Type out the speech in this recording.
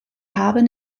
haben